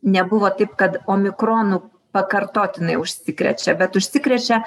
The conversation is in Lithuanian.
nebuvo taip kad omikronu pakartotinai užsikrečia bet užsikrečia